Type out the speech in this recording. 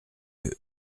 eux